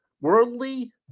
worldly